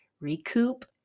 recoup